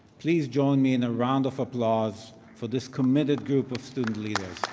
please join me in a round of applause for this committed group of student leaders.